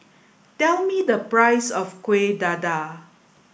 tell me the price of Kueh Dadar